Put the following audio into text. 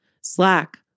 Slack